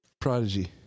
Prodigy